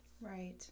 Right